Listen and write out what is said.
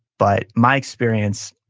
but my experience,